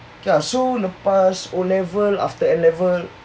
so lepas O level after N level